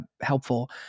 helpful